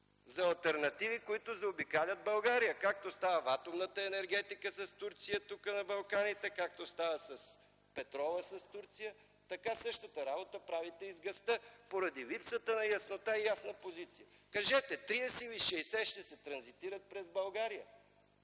за алтернативи, които заобикалят България? Както това става за атомната енергетика с Турция, тук на Балканите, както става с петрола с Турция. Същата работа правите и с газта – поради липсата на яснота и ясна позиция. Кажете: 30 или 60 милиарда ще се транзитират през България?